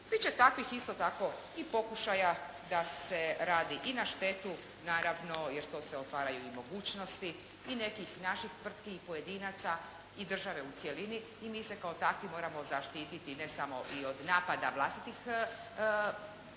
će takvih isto tako i pokušaja da se radi i na štetu naravno jer to se otvaraju i mogućnosti i nekih naših tvrtki i pojedinaca i države u cjelini i mi se kao takvi moramo zaštititi ne samo i od napada vlastitih,